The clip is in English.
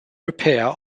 repair